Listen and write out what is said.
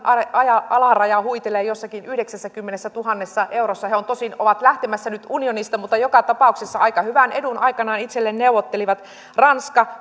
alaraja alaraja huitelee jossakin yhdeksässäkymmenessätuhannessa eurossa he tosin ovat lähtemässä nyt unionista mutta joka tapauksessa aika hyvän edun aikanaan itselleen neuvottelivat ranska